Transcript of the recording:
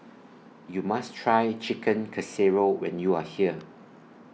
YOU must Try Chicken Casserole when YOU Are here